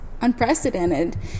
unprecedented